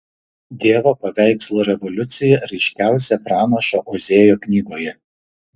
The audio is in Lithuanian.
dievo paveikslo revoliucija ryškiausia pranašo ozėjo knygoje